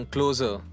Closer